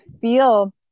feel